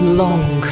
long